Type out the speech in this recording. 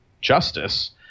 justice